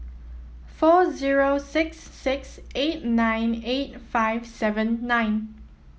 four zero six six eight nine eight five seven nine